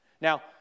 Now